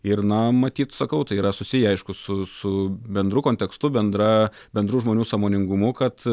ir na matyt sakau tai yra susiję aišku su su bendru kontekstu bendra bendru žmonių sąmoningumu kad